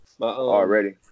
Already